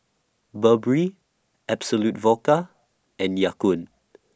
Burberry Absolut Vodka and Ya Kun